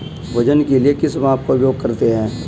वजन के लिए किस माप का उपयोग करते हैं?